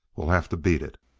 we'll have to beat it.